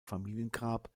familiengrab